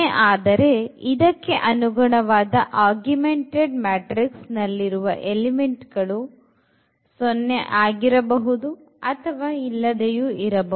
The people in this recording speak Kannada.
ಆದರೆ ಇದಕ್ಕೆ ಅನುಗುಣವಾದ augumented matrix ನಲ್ಲಿರುವ ಎಲಿಮೆಂಟ್ ಗಳು 0 ಆಗಿರಬಹುದು ಅಥವಾ ಇಲ್ಲದೆ ಇರಬಹುದು